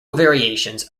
variations